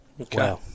Okay